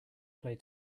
play